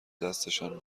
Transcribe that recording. دستشان